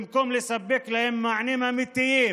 במקום לספק להם מענים אמיתיים